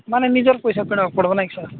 ମାନେ ନିଜର ପଇସା କିଣିବାକୁ ପଡ଼ିବ ନାଇଁ କି ସାର୍